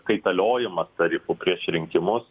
kaitaliojimas tarifų prieš rinkimus